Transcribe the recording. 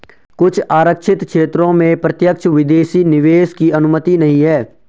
कुछ आरक्षित क्षेत्रों में प्रत्यक्ष विदेशी निवेश की अनुमति नहीं है